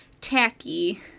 tacky